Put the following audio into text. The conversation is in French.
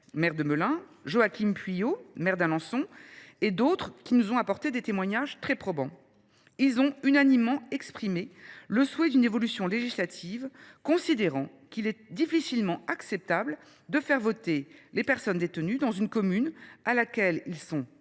maire de Melun, Joaquim Pueyo, maire d’Alençon, et d’autres qui nous ont livré des témoignages très probants. Ils ont unanimement exprimé le souhait d’une évolution législative, considérant qu’il est difficilement acceptable de faire voter les personnes détenues dans une commune à laquelle elles sont